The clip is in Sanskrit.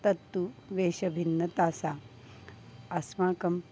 तत्तु वेशभिन्नता सा अस्माकं